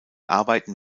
arbeiten